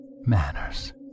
manners